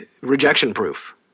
rejection-proof